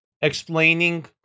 explaining